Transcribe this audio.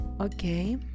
Okay